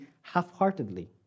half-heartedly